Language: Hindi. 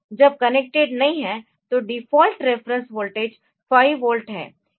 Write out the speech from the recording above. जब कनेक्टेड नहीं है तो डिफ़ॉल्ट रेफेरेंस वोल्टेज 5 वोल्ट है